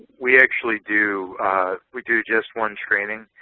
we actually do we do just one training.